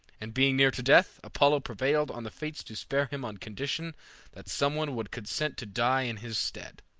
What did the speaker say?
and being near to death, apollo prevailed on the fates to spare him on condition that some one would consent to die in his stead.